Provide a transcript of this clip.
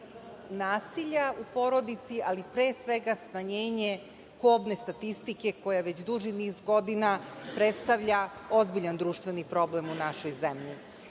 nasilja u porodici, ali pre svega smanjenje kobne statistike koja već duži niz godina predstavlja ozbiljan društveni problem u našoj zemlji.